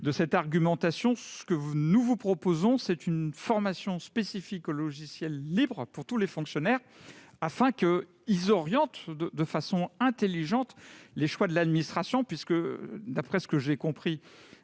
de cette argumentation. C'est pourquoi nous proposons une formation spécifique aux logiciels libres pour tous les fonctionnaires, afin qu'ils orientent de façon intelligente les choix de l'administration, puisque celle-ci semble